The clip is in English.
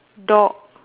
dog